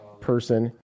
person